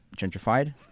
gentrified